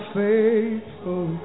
faithful